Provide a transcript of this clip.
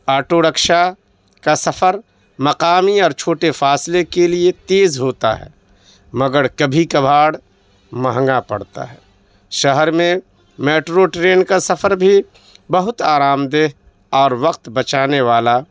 auto rickshaw کا سفر مقامی اور چھوٹے فاصلے کے لیے تیز ہوتا ہے مگر کبھی کبھاڑ مہنگا پڑتا ہے شہر میں میٹرو ٹرین کا سفر بھی بہت آرام دہ اور وقت بچانے والا